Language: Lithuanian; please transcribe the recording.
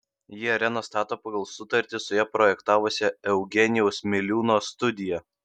ji areną stato pagal sutartį su ją projektavusia eugenijaus miliūno studija